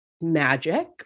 magic